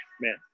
man